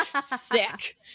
Sick